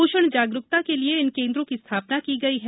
पोषण जागरुकता के लिए इन केन्द्रों की स्थापना की गई है